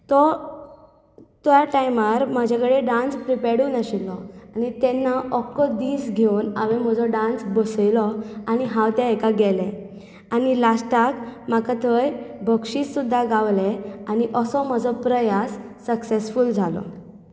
तो त्या टायमार म्हजे कडेन डान्स प्रिपेर्डूय नाशिल्लो तेन्ना अख्खो दीस घेवन हांवें म्हजो डान्स बसयलो आनी हांव त्या हेका गेलें आनी लास्टाक म्हाका थंय बक्षीस सुद्दां गावलें आनी असो म्हजो प्रयास सक्सेफूल जालो